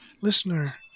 listener